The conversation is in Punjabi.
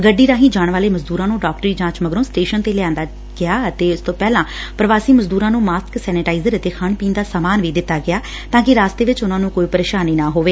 ਗੱਡੀ ਰਾਹੀ ਜਾਣ ਵਾਲੇ ਮਜ਼ਦੂਰਾਂ ਨੂੰ ਡਾਕਟਰੀ ਜਾਂਚ ਮਗਰੋਂ ਸਟੇਸ਼ਨ ਤੇ ਲਿਆਂਦਾ ਗਿਆ ਜਾਣ ਤੋਂ ਪਹਿਲਾਂ ਪ੍ਰਵਾਸੀ ਮਜ਼ਦੂਰਾਂ ਨੂੰ ਮਾਸਕ ਸੈਨੇਟਾਈਜ਼ਰ ਅਤੇ ਖਾਣ ਪੀਣ ਦਾ ਸਾਮਾਨ ਵੀ ਦਿੱਤਾ ਗਿਆ ਤਾ ਰਸਤੇ ਚ ਉਨ੍ਹਾ ਨੂੰ ਕੋਈ ਪ੍ਰੇਸ਼ਾਨੀ ਨਾ ਹੋਵੇ